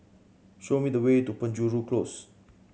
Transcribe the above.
show me the way to Penjuru Close